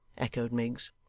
echoed miggs.